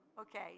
Okay